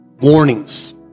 warnings